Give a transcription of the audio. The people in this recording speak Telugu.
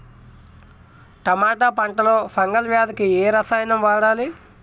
టమాటా పంట లో ఫంగల్ వ్యాధికి ఏ రసాయనం వాడాలి?